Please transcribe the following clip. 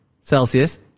Celsius